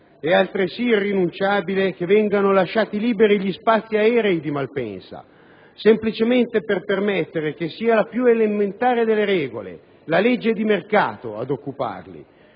accada; è irrinunciabile che vengano lasciati liberi gli spazi aerei di Malpensa, semplicemente per permettere che sia la più elementare delle regole, la legge di mercato, ad occuparli,